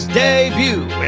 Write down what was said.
debut